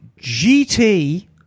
GT